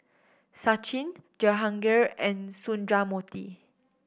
Sachin Jehangirr and Sundramoorthy